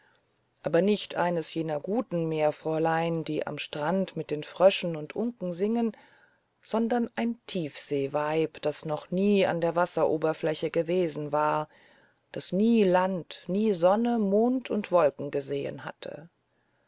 aber nicht eines jener guten meerfräulein die am strand mit den fröschen und unken singen sondern ein tiefseeweib das noch nie an der wasseroberfläche gewesen war das nie land nie sonne mond und wolken gesehen hatte